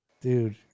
Dude